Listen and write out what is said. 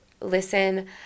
Listen